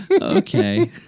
Okay